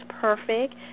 perfect